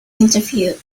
interview